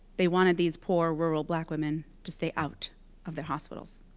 they wanted these poor, rural black women to stay out of their hospitals.